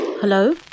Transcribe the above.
Hello